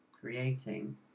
creating